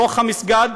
בתוך המסגד.